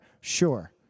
Sure